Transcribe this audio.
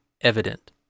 evident